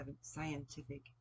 scientific